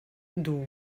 dur